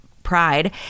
pride